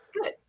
Good